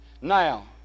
Now